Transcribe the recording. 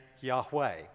Yahweh